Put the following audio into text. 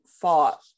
fought